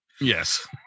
yes